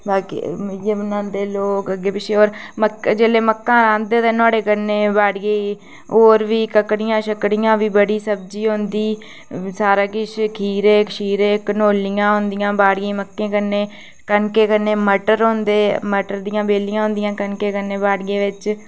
बाकी इ'यै बनांदे लोग अग्गें पिच्छें होर जेल्लै मक्कां रांह्दे ते नुहाड़े कन्नै बाड़ियै होर बी ककड़ियां बड़ी सब्जी होंदी सारा किश खीरे कंड़ोलियां होंदियां मक्कें कन्नै मटर होंदे मटर दियां बेलियां होंदियां कनकें कन्नै